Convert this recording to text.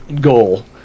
goal